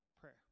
prayer